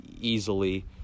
easily